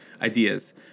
ideas